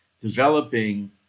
developing